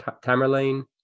Tamerlane